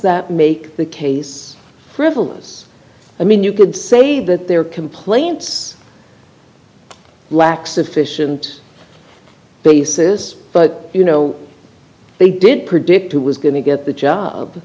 that make the case frivolous i mean you could say that their complaints lack sufficient basis but you know they did predict who was going to get the job